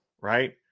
Right